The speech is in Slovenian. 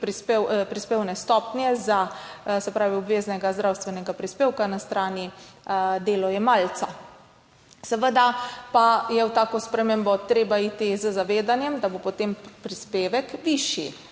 prispevne stopnje obveznega zdravstvenega prispevka na strani delojemalca. Seveda pa je v tako spremembo treba iti z zavedanjem, da bo potem prispevek višji,